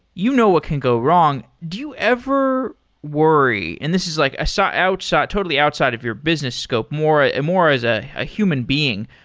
you know what can go wrong. do you ever worry? and this is like so totally outside of your business scope, more ah and more as a ah human being.